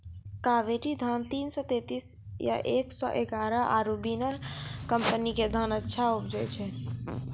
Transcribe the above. कावेरी धान तीन सौ तेंतीस या एक सौ एगारह आरु बिनर कम्पनी के धान अच्छा उपजै छै?